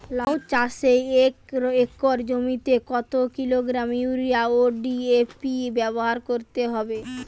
লাউ চাষে এক একর জমিতে কত কিলোগ্রাম ইউরিয়া ও ডি.এ.পি ব্যবহার করতে হবে?